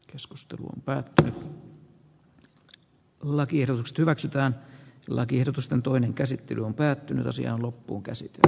keskustelu päättyy lakiehdotukset hyväksytään lakiehdotusten toinen käsittely on päättynyt asia on loppuunkäsitelty